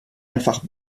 einfach